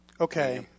Okay